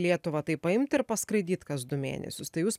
lietuvą tai paimt ir paskraidyt kas du mėnesius tai jūs